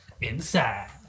Inside